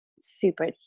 super